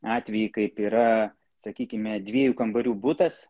atvejį kaip yra sakykime dviejų kambarių butas